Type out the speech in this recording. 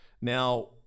Now